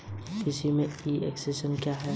कृषि में e extension क्या है?